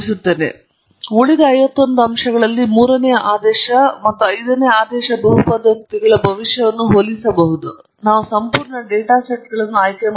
ಮತ್ತು ನಾವು ಉಳಿದ ಐವತ್ತೊಂದು ಅಂಶಗಳಲ್ಲಿ ಮೂರನೆಯ ಆದೇಶ ಮತ್ತು ಐದನೇ ಆದೇಶ ಬಹುಪದೋಕ್ತಿಗಳ ಭವಿಷ್ಯವನ್ನು ಹೋಲಿಸಬಹುದು ಅಥವಾ ನಾವು ಸಂಪೂರ್ಣ ಡೇಟಾ ಸೆಟ್ಗಳನ್ನು ಆಯ್ಕೆ ಮಾಡಬಹುದು